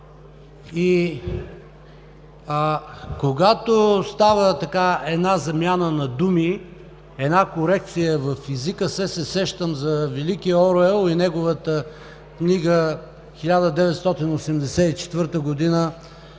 Когато става такава замяна на думи, една корекция в езика, все се сещам за великия Оруел и неговата книга „1984 година“